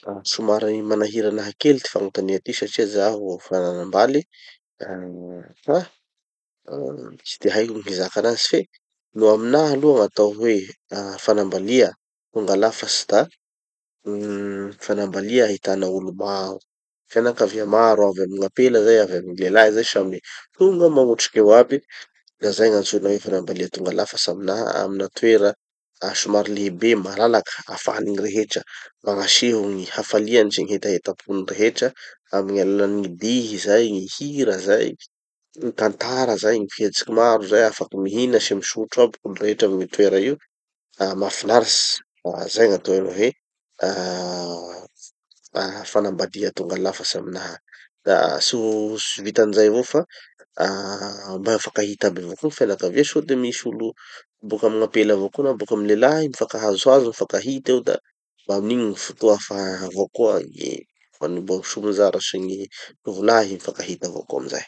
Ah somary manahira anaha kely ty fagnotania tiky satria zaho fa nanambaly ah fa tsy de haiko gny hizaka anazy fe no aminaha aloha gn'atao hoe fanambalia tonga lafatsy da uhm fanambadia ahitanao olo maro. Fianakavia maro avy amy gn'apela zay avy amy gny lelahy zay samy tonga magnotrin'eo aby. Da zay gn'antsoina hoe fanambadia tonga lafatsy aminaha amina toera somary lehibe malalaky, ahafahan'ny gny rehetra magnaseho gny hafaliany sy gny hetahetapon'ny rehetra, amy gny alalan'ny gny dihy zay gny hira zay gny tantara zay gny fihetsiky maro zay, afaky mihina sy misotro aby gny olo rehetra amy toera io, mahafinaritsy, da zay gnatao hoe ahh fanambadia tonga lafatsy aminaha. Da tsy ho- tsy vitan'izay avao fa ah mba mifankahita aby avao koa gny fianakavia sode misy olo boka amy gn'apela na boka amy lelahy mifankahazohazo mifankahita eo da mba amin'igny gny fotoa afaha avao koa gny hanomboha gny somonjara sy gny tovolahy mifankahita avao koa amizay.